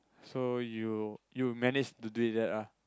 so you you managed to do that ah